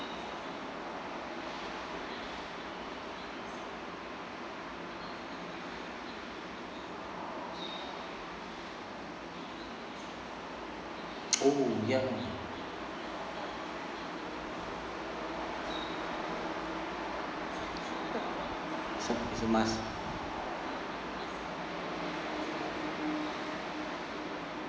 oh ya so so must